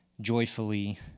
joyfully